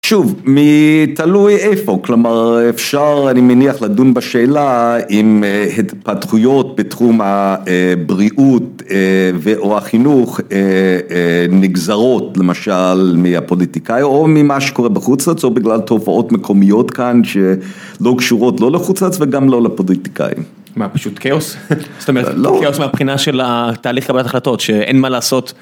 שוב, מתלוי איפה, כלומר אפשר, אני מניח, לדון בשאלה אם התפתחויות בתחום הבריאות ו/או החינוך נגזרות, למשל, מהפוליטיקאים, או ממה שקורה בחוץ-לארץ, או בגלל תופעות מקומיות כאן שלא קשורות לא לחוץ-לארץ וגם לא לפוליטיקאים. מה, פשוט כאוס? זאת אומרת, כאוס מהבחינה של תהליך קבלת החלטות, שאין מה לעשות